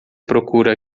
procura